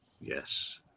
Yes